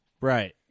Right